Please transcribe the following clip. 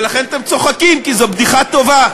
ולכן אתם צוחקים, כי זו בדיחה טובה.